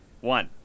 one